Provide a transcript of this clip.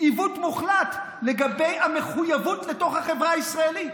עיוות מוחלט לגבי המחויבות בתוך החברה הישראלית.